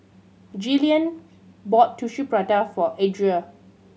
Jillian bought Tissue Prata for Adria